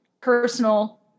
personal